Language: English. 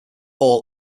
all